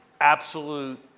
absolute